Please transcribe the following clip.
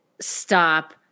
stop